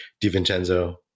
DiVincenzo